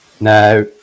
Now